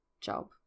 job